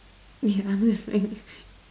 yeah I'm listening